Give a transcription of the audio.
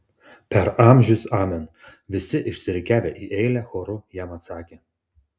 per amžius amen visi išsirikiavę į eilę choru jam atsakė